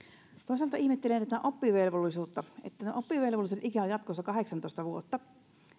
toisaalta ihmettelen tätä oppivelvollisuutta tämä oppivelvollisuuden ikä on jatkossa kahdeksantoista vuotta